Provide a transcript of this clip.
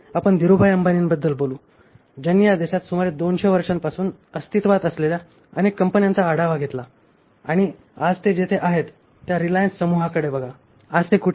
आपण धीरूभाई अंबानींबद्दल बोलू ज्यांनी या देशात सुमारे दोनशे वर्षांपासून अस्तित्त्वात असलेल्या अनेक कंपन्यांचा आढावा घेतला आणि आज ते जेथे आहेत त्या रिलायन्स समूहाकडे बघा आज ते कुठे आहेत